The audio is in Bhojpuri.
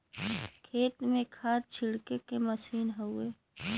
खेत में खाद छिड़के के मसीन हउवे